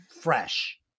fresh